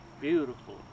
Beautiful